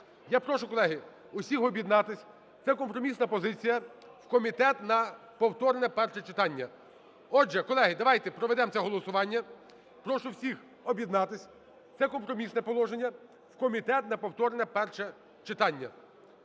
Я прошу, колеги, усіх об'єднатись, це компромісна позиція – в комітет на повторне перше читання. Отже, колеги, давайте проведемо це голосування. Прошу всіх об'єднатись, це компромісне положення – в комітет на повторне перше читання.